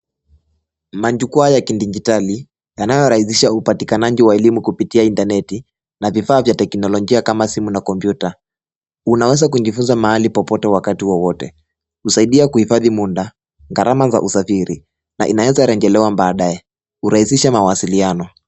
Majukwa ya kidijitaliyanayorahisisha upatikanaji wa elimu kupitia interneti na vifaa vya kiteknolojia kama simu na kompyuta. Unaweza kujifunza mahali popote wakati wowote husaidia kuhifadhi mda gharama za usafiri na inaweza rejelewa badaye kurahisisha mawasiliano.